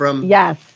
Yes